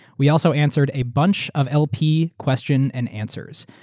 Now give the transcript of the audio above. we also answered a bunch of lp question and answers.